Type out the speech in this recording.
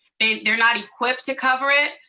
they're not equipped to cover it.